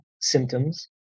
symptoms